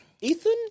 Ethan